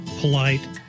polite